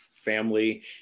family